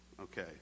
okay